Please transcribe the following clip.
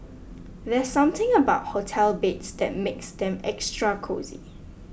there's something about hotel beds that makes them extra cosy